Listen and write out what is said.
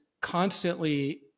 constantly